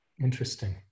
Interesting